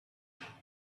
present